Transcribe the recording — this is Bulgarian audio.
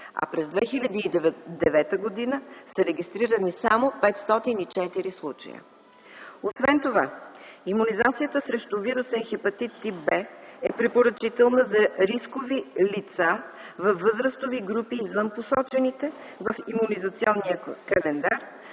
а през 2009 г. са регистрирани само 504 случая. Освен това, имунизацията срещу вирусен хепатит тип „В” е препоръчителна за рискови лица във възрастови групи, извън посочените в имунизационния календар,